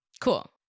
cool